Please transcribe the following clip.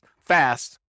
fast